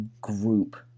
group